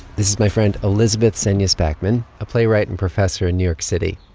this is my friend elizabeth senja spackman, a playwright and professor in new york city.